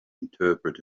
interpret